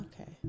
okay